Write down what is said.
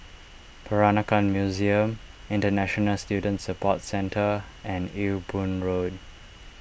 Peranakan Museum International Student Support Centre and Ewe Boon Road